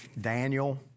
Daniel